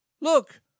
Look